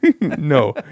No